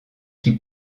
qui